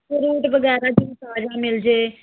fruit ਵਗੈਰਾ ਜੇ ਤਾਜ਼ਾ ਮਿਲ ਜਾਵੇ